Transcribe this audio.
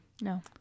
No